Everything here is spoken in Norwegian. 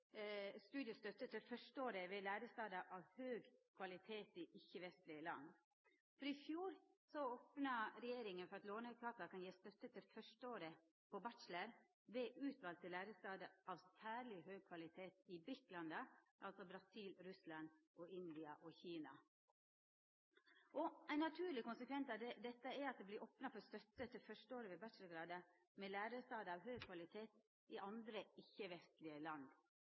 gje støtte til førsteåret på bachelor ved utvalde lærestader av særleg høg kvalitet i BRIC-landa – Brasil, Russland, India og Kina. Ein naturleg konsekvens av dette er at det vert opna for støtte til førsteåret på bachelorgradar ved lærestader av høg kvalitet i andre ikkje-vestlege land.